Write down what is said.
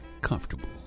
comfortable